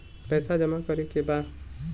पैसा जमा करे के बा?